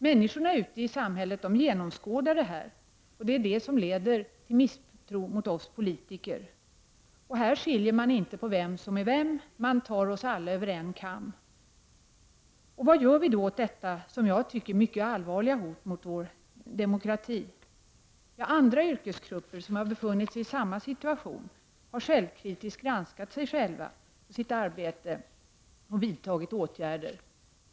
Människorna ute i samhället genomskådar det här, och det är det som leder till misstro mot oss politiker. Här skiljer man inte på vem som är vem. Man drar oss alla över en kam. Vad gör vi då åt detta som jag tycker mycket allvarliga hot mot vår demokrati? Andra yrkesgrupper som har befunnit sig i samma situation har självkritiskt granskat sig själva och sitt arbete och vidtagit åtgärder.